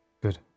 Good